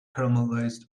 caramelized